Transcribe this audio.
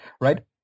right